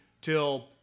till